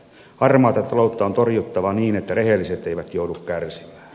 harmaata taloutta on torjuttava niin että rehelliset eivät joudu kärsimään